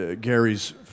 Gary's